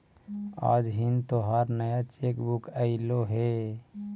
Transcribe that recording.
आज हिन् तोहार नया चेक बुक अयीलो हे